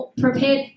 prepared